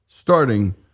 starting